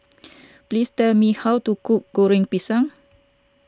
please tell me how to cook Goreng Pisang